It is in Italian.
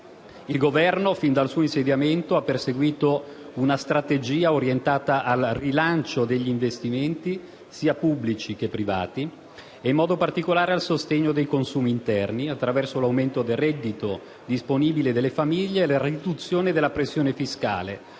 Il Governo, fin dal suo insediamento, ha perseguito una strategia orientata al rilancio degli investimenti sia pubblici che privati e in modo particolare al sostegno dei consumi interni attraverso l'aumento del reddito disponibile delle famiglie e la riduzione della pressione fiscale,